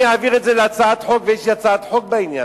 לה אולי מערכת ערכים משלה,